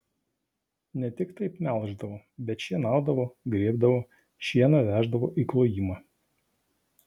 ne tik taip melždavo bet šienaudavo grėbdavo šieną veždavo į klojimą